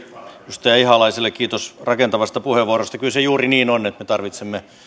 edustaja ihalaiselle kiitos rakentavasta puheenvuorosta kyllä se juuri niin on että me